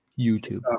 YouTube